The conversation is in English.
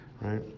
right